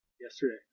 yesterday